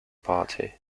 party